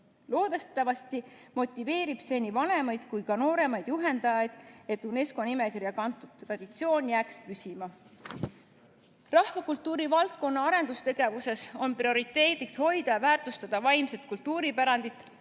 Loodetavasti motiveerib see nii vanemaid kui ka nooremaid juhendajaid andma oma panus, et UNESCO nimekirja kantud traditsioon jääks püsima. Rahvakultuuri valdkonna arendustegevuses on prioriteedid vaimse kultuuripärandi